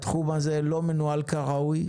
התחום הזה לא מנוהל כראוי,